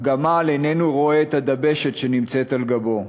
הגמל איננו רואה את הדבשת שנמצאת על גבו.